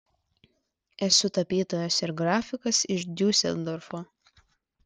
esu tapytojas ir grafikas iš diuseldorfo